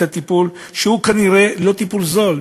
והוא כנראה לא טיפול זול,